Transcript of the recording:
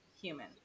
human